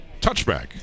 touchback